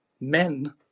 men